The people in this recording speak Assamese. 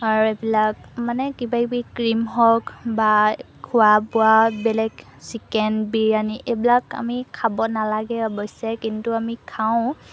আৰু এইবিলাক মানে কিবাকিবি ক্ৰীম হওক বা খোৱা বোৱা বেলেগ চিকেন বিৰিয়ানি এইবিলাক আমি খাব নালাগে অৱশ্যে কিন্তু আমি খাওঁ